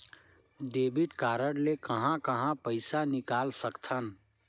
Debit card ले कहां कहां पइसा निकाल सकथन?